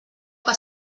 que